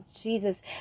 Jesus